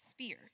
spear